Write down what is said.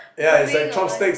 moving on